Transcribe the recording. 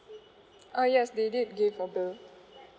ah yes they did give for bill